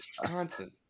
Wisconsin